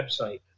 website